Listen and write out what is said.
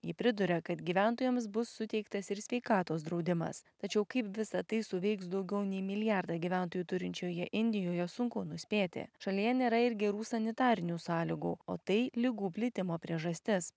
ji priduria kad gyventojams bus suteiktas ir sveikatos draudimas tačiau kaip visa tai suveiks daugiau nei milijardą gyventojų turinčioje indijoje sunku nuspėti šalyje nėra ir gerų sanitarinių sąlygų o tai ligų plitimo priežastis